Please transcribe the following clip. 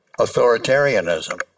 authoritarianism